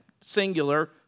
singular